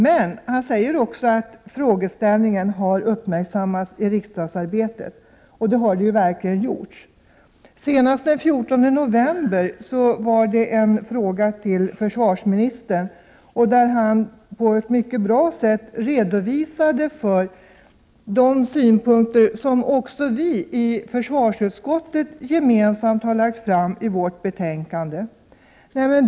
Men han säger dessutom att frågeställningen har uppmärksammats i riksdagsarbetet, och det har den verkligen. Senast den 14 november redovisade försvarsministern på ett mycket bra sätt i svaret på en fråga de synpunkter som även vi i försvarsutskottet gemensamt har lagt fram i vårt betänkande.